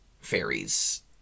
fairies